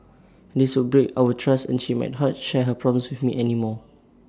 this would break our trust and she might not share her problems anymore